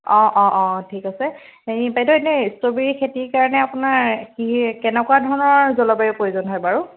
অ অ অ ঠিক আছে হেৰি বাইদেউ এনে ষ্ট্ৰবেৰীৰ খেতিৰ কাৰণে আপোনাৰ কি কেনেকুৱা ধৰণৰ জলবায়ুৰ প্ৰয়োজন হয় বাৰু